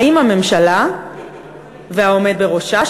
האם הממשלה והעומד בראשה,